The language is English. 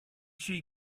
she